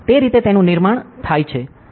તે રીતે તેનું નિર્માણ થાય છે